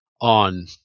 on